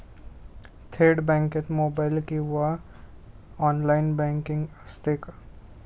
थेट बँकेत मोबाइल किंवा ऑनलाइन बँकिंग असते